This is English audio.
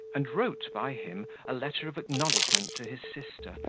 and wrote by him a letter of acknowledgment to his sister,